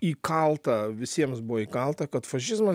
įkalta visiems buvo įkalta kad fašizmas